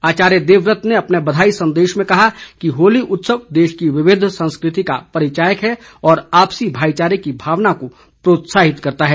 आचार्य देवव्रत ने अपने बधाई संदेश में कहा कि होली उत्सव देश की विविध संस्कृति का परिचायक है और आपसी भाईचारे की भावना को प्रोत्साहित करता है